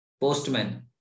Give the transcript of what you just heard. Postman